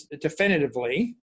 definitively